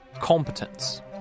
competence